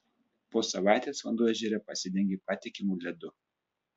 po savaitės vanduo ežere pasidengė patikimu ledu